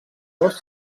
dos